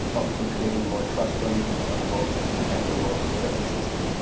obviously, creating more trustworthy accountable and equitable justice system.